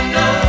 no